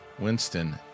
Winston